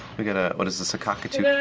we got a what is this? a cockatoo? but